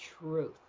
truth